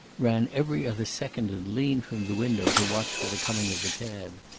ran every other second and leaned from the window to watch for the coming of the cab.